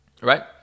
Right